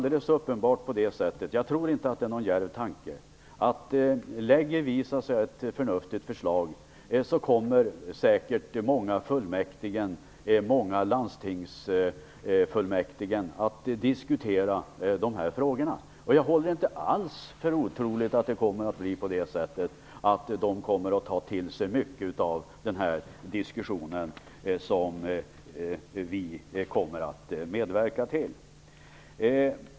Det är inte en djärv tanke att många kommunfullmäktige och landstingsfullmäktige kommer att diskutera de här frågorna om vi lägger fram ett förnuftigt förslag. Jag håller inte alls för otroligt att det kommer att bli så att de tar till sig mycket av den diskussion som vi kommer att medverka till.